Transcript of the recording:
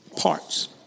parts